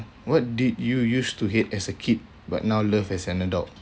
what did you used to hate as a kid but now love as an adult